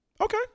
Okay